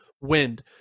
Wind